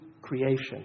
creation